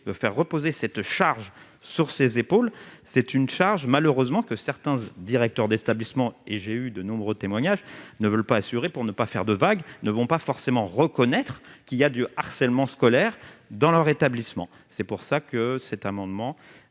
veut faire reposer cette charge sur ses épaules, c'est une charge malheureusement que certains directeurs d'establishment et j'ai eu de nombreux témoignages ne veulent pas assuré pour ne pas faire de vagues, ne vont pas forcément reconnaître qu'il y a du harcèlement scolaire dans leur établissement, c'est pour ça que cet amendement